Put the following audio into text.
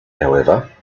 however